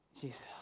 Jesus